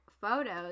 photos